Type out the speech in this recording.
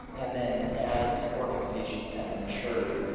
and then, as organizations tend to mature,